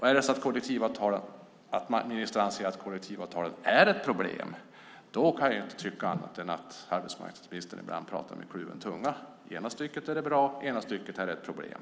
Är det så att ministern anser att kollektivavtalen är ett problem kan jag inte tycka annat än att arbetsmarknadsministern ibland pratar med kluven tunga. I ena stunden är de bra, och andra stunden är de ett problem.